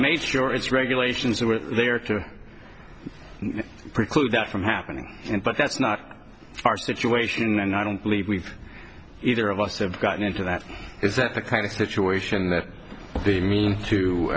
made sure its regulations were there to preclude that from happening but that's not our situation and i don't believe either of us have gotten into that is that the kind of situation that would be mean to